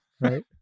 right